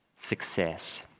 Success